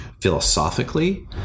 philosophically